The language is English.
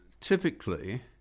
typically